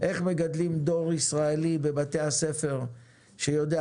איך מגדלים דור ישראלי בבתי הספר שיודע